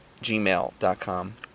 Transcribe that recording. gmail.com